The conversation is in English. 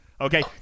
Okay